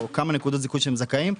או כמה נקודות זיכוי שהם זכאים להן,